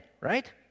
right